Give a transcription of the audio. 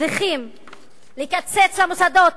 צריכים לקצץ למוסדות